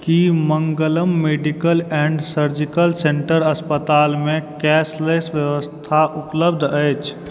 Ki Mangalam medical and surgical centre अस्पताल मे cashless व्यवस्था उपलब्ध अछि